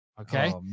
Okay